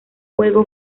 juego